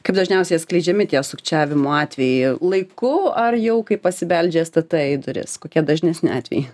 kaip dažniausia jie skleidžiami tie sukčiavimo atvejai laiku ar jau kai pasibeldžia stt į duris kokie dažnesni atvejai